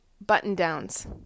button-downs